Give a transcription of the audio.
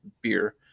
beer